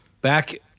back